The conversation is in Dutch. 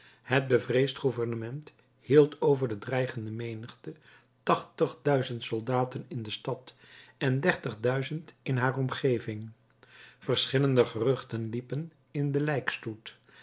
het bevreesd gouvernement hield over de dreigende menigte tachtig duizend soldaten in de stad en dertig duizend in haar omgeving verschillende geruchten liepen in den lijkstoet